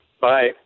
Bye